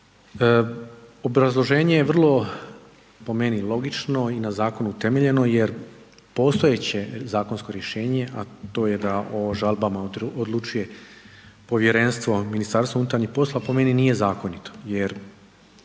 Obrazloženje je vrlo po meni logično i na zakonu utemeljeno jer postojeće zakonsko rješenje, a to je da o žalbama odlučuje povjerenstvo MUP-a po meni nije zakonito jer